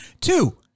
Two